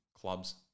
clubs